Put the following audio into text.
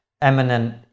eminent